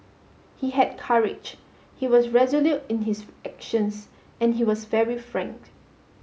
he had courage he was resolute in his actions and he was very frank